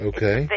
Okay